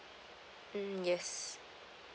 mm yes